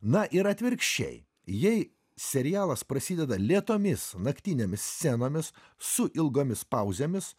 na ir atvirkščiai jei serialas prasideda lėtomis naktinėmis scenomis su ilgomis pauzėmis